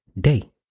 day